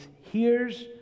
hears